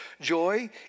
joy